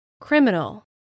criminal